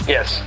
Yes